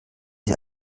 sie